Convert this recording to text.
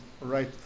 Right